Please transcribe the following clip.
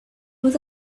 but